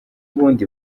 ubundi